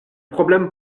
problème